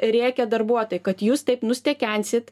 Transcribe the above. rėkia darbuotojai kad jūs taip nustekensit